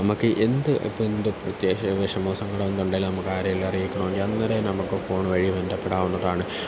നമുക്ക് എന്ത് ഇപ്പോൾ എന്ത് അത്യാവശ്യമോ വിഷമമോ സങ്കടമോ എന്തുണ്ടെങ്കിലും നമുക്ക് ആരെങ്കിലും അറിയിക്കണമെങ്കിൽ അന്നേരം നമുക്ക് ഫോൺ വഴി ബന്ധപ്പെടാവുന്നതാണ് ഒരുപാട്